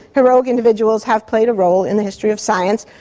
heroic individuals have played a role in the history of science.